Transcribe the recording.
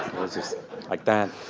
was just like that.